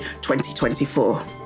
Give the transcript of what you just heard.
2024